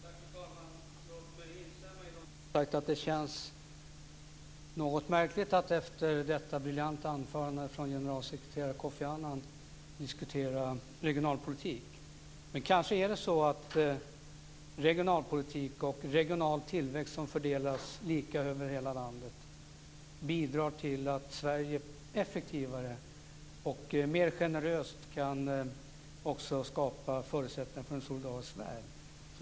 Fru talman! Låt mig instämma i att det känns något märkligt att efter det briljanta anförandet av generalsekreterare Kofi Annan diskutera regionalpolitik. Men kanske är det så att regionalpolitik och regional tillväxt som fördelas lika över hela landet bidrar till att Sverige effektivare och mer generöst också kan skapa förutsättningar för en solidarisk värld.